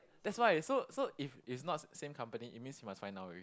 that's why so so if it's not same company it means we must find now already